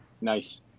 Nice